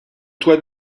toi